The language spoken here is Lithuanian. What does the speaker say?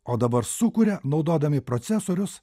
o dabar sukuria naudodami procesorius